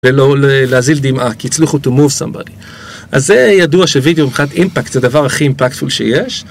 ולא להזיל דמעה, כי הצליחו to move somebody. אז זה ידוע שווידאו מבחינת אימפקט זה הדבר הכי אימפקטפול שיש